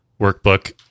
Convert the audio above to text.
workbook